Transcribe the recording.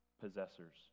possessors